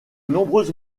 nombreuses